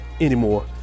anymore